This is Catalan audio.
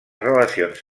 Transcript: relacions